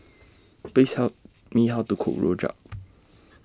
Please help Me How to Cook Rojak